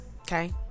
okay